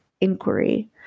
inquiry